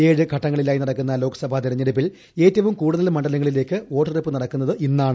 ഏഴ് ഘട്ടങ്ങളിലായി ന ടക്കുന്ന ലോക്സഭാ തെരഞ്ഞെടുപ്പിൽ ഏറ്റവും കൂടുതൽ മണ്ഡലങ്ങളിലേക്ക് വോട്ടെടുപ്പ് നടക്കുന്നത് ഇന്നാണ്